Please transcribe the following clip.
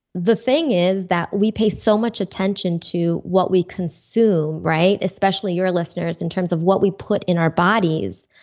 the thing is that we pay so much attention to what we consume, especially your listeners in terms of what we put in our bodies,